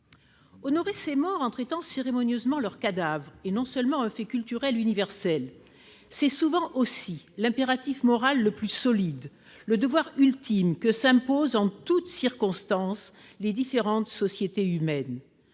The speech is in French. honorer ses morts en traitant cérémonieusement leurs cadavres et non seulement un fait culturel universel, c'est souvent aussi l'impératif moral le plus solide, le Devoir ultime que s'impose en toutes circonstances les différentes sociétés humaines